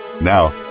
Now